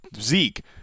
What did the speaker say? Zeke